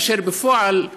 אבל בפועל,